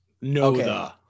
No